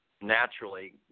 naturally